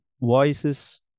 voices